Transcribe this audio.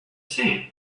sand